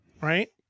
Right